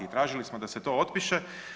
Tražili smo da se to otpiše.